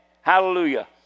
Hallelujah